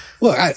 look